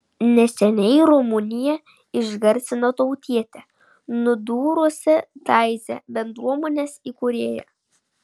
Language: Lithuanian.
neseniai rumuniją išgarsino tautietė nudūrusi taizė bendruomenės įkūrėją